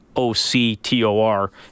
O-C-T-O-R